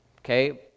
okay